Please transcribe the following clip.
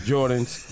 Jordans